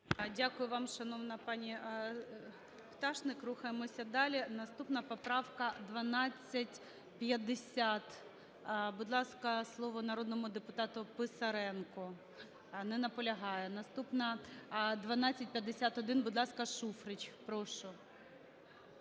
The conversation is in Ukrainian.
Дякую вам, шановна пані Пташник. Рухаємося далі. Наступна поправка 1250. Будь ласка, слово народному депутату Писаренку. Не наполягає. Наступна 1251. Будь ласка, Шуфрич, прошу.